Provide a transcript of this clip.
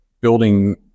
building